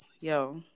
yo